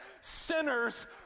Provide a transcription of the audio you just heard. sinners